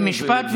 במשפט,